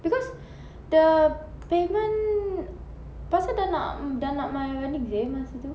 because the payment pasal dah nak dah nak my wedding seh masa tu